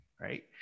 right